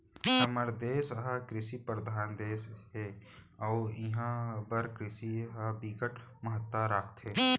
हमर देस ह कृषि परधान देस हे अउ इहां बर कृषि ह बिकट महत्ता राखथे